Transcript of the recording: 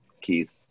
Keith